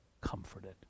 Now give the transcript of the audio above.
comforted